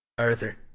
Arthur